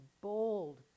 bold